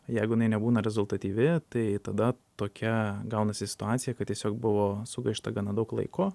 jeigu jinai nebūna rezultatyvi tai tada tokia gaunasi situacija kad tiesiog buvo sugaišta gana daug laiko